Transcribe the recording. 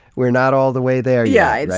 we're not all the way there yeah yeah